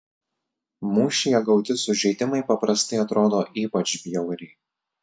mūšyje gauti sužeidimai paprastai atrodo ypač bjauriai